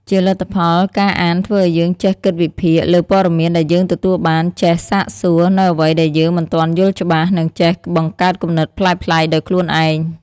ជាលទ្ធផល ការអានធ្វើឱ្យយើងចេះគិតវិភាគ លើព័ត៌មានដែលយើងទទួលបាន ចេះ សាកសួរ នូវអ្វីដែលយើងមិនទាន់យល់ច្បាស់ និងចេះ បង្កើតគំនិតប្លែកៗដោយខ្លួនឯង។